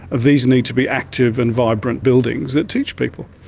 these need to be active and vibrant buildings that teach people.